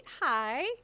hi